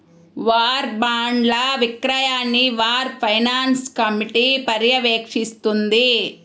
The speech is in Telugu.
వార్ బాండ్ల విక్రయాన్ని వార్ ఫైనాన్స్ కమిటీ పర్యవేక్షిస్తుంది